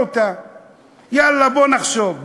יאללה, בוא נחשוב.